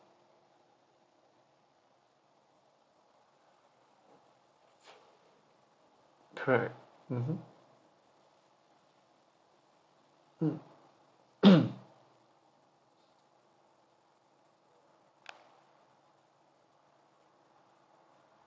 correct mmhmm mm